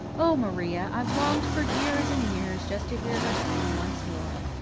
oh, maria, i've longed for years and years just to hear her sing once more.